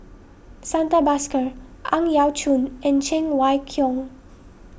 Santha Bhaskar Ang Yau Choon and Cheng Wai Keung